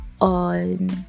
on